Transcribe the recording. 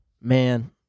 Man